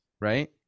right